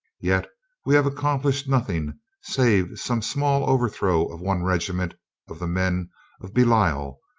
yet we have accomplished nothing save some small overthrow of one regiment of the men of belial,